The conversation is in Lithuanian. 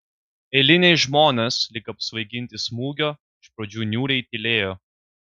eiliniai žmonės lyg apsvaiginti smūgio iš pradžių niūriai tylėjo